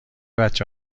بچه